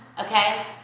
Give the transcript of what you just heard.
Okay